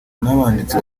n’abanditsi